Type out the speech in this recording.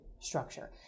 structure